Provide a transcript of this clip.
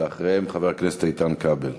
ואחריהם, חבר הכנסת איתן כבל.